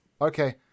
Okay